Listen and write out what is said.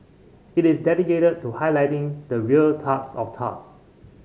it is dedicated to highlighting the real turds of turds